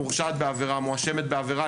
מורשעת בעבירה או מואשמת בעבירה,